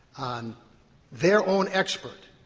um their own expert,